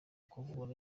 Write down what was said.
kuvura